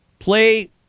play